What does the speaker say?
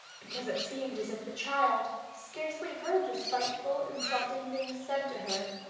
because it seemed as if the child scarcely heard the spiteful, insulting things said to her,